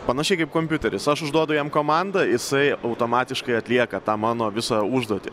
panašiai kaip kompiuteris aš užduodu jam komandą jisai automatiškai atlieka tą mano visą užduotį